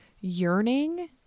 yearning